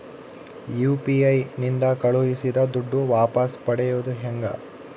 UPI ನಿಂದ ಕಳುಹಿಸಿದ ದುಡ್ಡು ವಾಪಸ್ ಪಡೆಯೋದು ಹೆಂಗ?